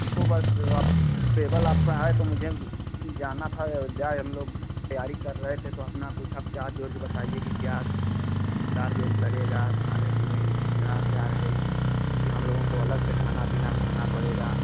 हमको बस अप ट्रेवल आपका है तो मुझे जाना था अयोध्या हम लोग तैयारी कर रहे थे तो अपना कुछ आप चार्ज ओर्ज बातइए की क्या चार्ज ओर्ज लगेगा खाने पीने की सुविधा क्या रहेगी की हम लोगों को अलग से खाना पीना खाना पड़ेगा